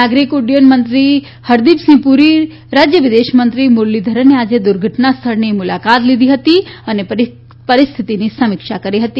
નાગરિક ઉડ્ડયન મંત્રી હરદિપસિંહ પુરી રાજ્ય વિદેશમંત્રી મુરલીધરને આજે દુર્ઘટના સ્થળની મુલાકાત લીધી અને પરિસ્થિતિની સમીક્ષા કરી હતી